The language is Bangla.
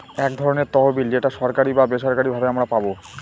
এক ধরনের তহবিল যেটা সরকারি বা বেসরকারি ভাবে আমারা পাবো